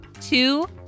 two